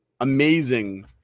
amazing